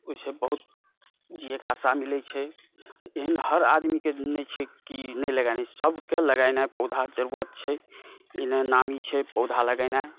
ओहिसे बहुत जीयैके आशा मिलै छै एहेन हर आदमीकेँ नहि छै कि नहि लगेनाइ छै सबकेँ लगेनाइ पौधा जरुरत छै ई नहि नामी छै पौधा लगेनाइ